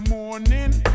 Morning